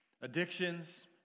addictions